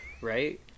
Right